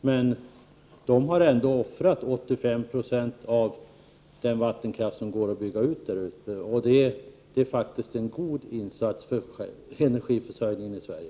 Men faktum är att de har offrat 85 20 av den vattenkraft som kan byggas ut där uppe, och det är en god insats när det gäller energiförsörjningen i Sverige.